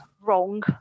wrong